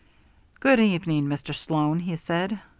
good evening, mr. sloan, he said.